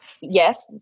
yes